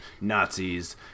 Nazis